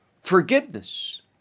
forgiveness